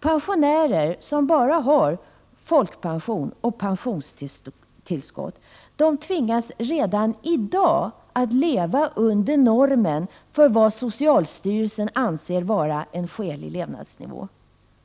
Pensionärer som bara har folkpension och pensionstillskott tvingas alltså redan i dag att leva under normen för vad socialstyrelsen anser vara en skälig levnadsnivå.